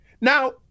Now